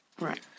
right